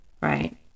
right